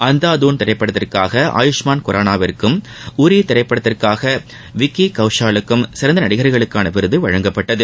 அந்தாதூன் திரைப்படத்திற்காக ஆயுஷ்மாள் குரானாவிற்கும் உரி திரைப்படத்திற்காக விக்கி கோஷாலுக்கும் சிறந்த நடிகர்களுக்கான விருது வழங்கப்பட்டது